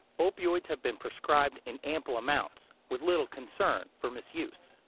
opioids have been prescribed in ample amounts with little concern for misuse.